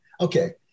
Okay